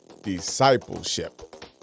discipleship